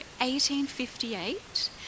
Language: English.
1858